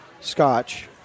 Scotch